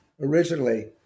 originally